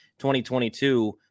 2022